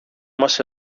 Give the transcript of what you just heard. μας